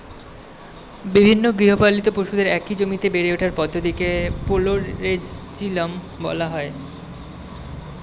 বিভিন্ন গৃহপালিত পশুদের একই জমিতে বেড়ে ওঠার পদ্ধতিকে পাস্তোরেলিজম বলা হয়